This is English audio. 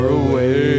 away